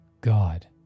God